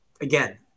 again